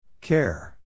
Care